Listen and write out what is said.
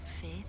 faith